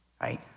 right